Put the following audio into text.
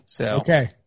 okay